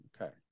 Okay